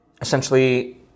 essentially